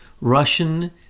Russian